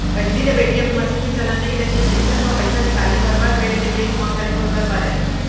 पहिली जब ATM machine के चलन नइ रहिस अइसन म पइसा निकाले बर बड़ बेर ले बेंक म खड़े होय बर परय